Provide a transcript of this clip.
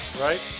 Right